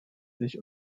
sich